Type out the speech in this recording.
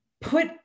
put